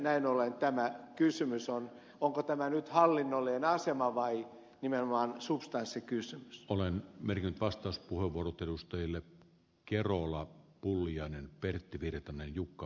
näin ollen tämä kysymys kuuluu onko tämä nyt hallinnolliseen asemaan liittyvä vai imelmaksusta isä kysyi solem merkin vastauspuheenvuorot edustajille keruulla pulliainen pertti virtanen jukka